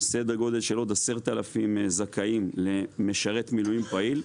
סדר גודל של עוד 10,000 זכאים למשרת מילואים פעיל,